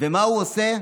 ומה הוא עושה?